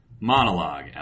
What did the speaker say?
monologue